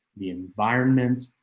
the environment,